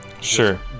Sure